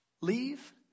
Leave